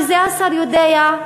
וזה השר יודע,